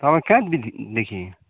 तपाईँ कहाँदेखि देखि